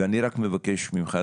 ואני רק מבקש ממך,